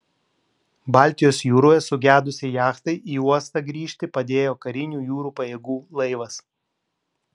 baltijos jūroje sugedusiai jachtai į uostą grįžti padėjo karinių jūrų pajėgų laivas